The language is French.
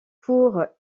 pour